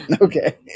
Okay